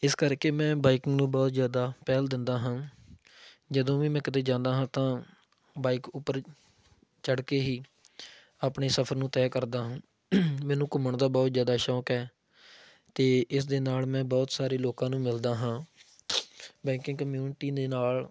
ਇਸ ਕਰਕੇ ਮੈਂ ਬਾਈਕਿੰਗ ਨੂੰ ਬਹੁਤ ਜ਼ਿਆਦਾ ਪਹਿਲ ਦਿੰਦਾ ਹਾਂ ਜਦੋਂ ਵੀ ਮੈਂ ਕਿਤੇ ਜਾਂਦਾ ਹਾਂ ਤਾਂ ਬਾਈਕ ਉੱਪਰ ਚੜ੍ਹ ਕੇ ਹੀ ਆਪਣੇ ਸਫਰ ਨੂੰ ਤੈਅ ਕਰਦਾ ਹਾਂ ਮੈਨੂੰ ਘੁੰਮਣ ਦਾ ਬਹੁਤ ਜ਼ਿਆਦਾ ਸ਼ੌਂਕ ਹੈ ਅਤੇ ਇਸ ਦੇ ਨਾਲ ਮੈਂ ਬਹੁਤ ਸਾਰੇ ਲੋਕਾਂ ਨੂੰ ਮਿਲਦਾ ਹਾਂ ਬਾਈਕਿੰਗ ਕਮਿਊਨਿਟੀ ਦੇ ਨਾਲ